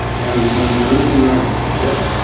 and when we're looking at that,